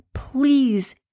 Please